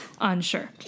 Unsure